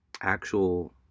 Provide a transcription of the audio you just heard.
actual